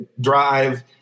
drive